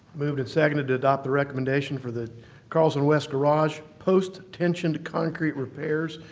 moved and seconded to adopt the recommendation for the carlsen west garage post-tensioned concrete repairs.